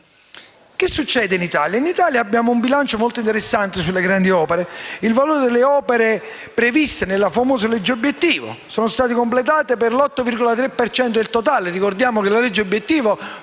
Che succede in Italia? In Italia abbiamo un bilancio molto interessante a proposito delle grandi opere: le opere previste nella famosa legge obiettivo sono state completate per l'8,3 per cento del totale. Ricordiamo che la legge obiettivo